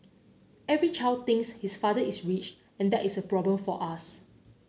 every child thinks his father is rich and that is a problem for us